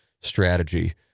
strategy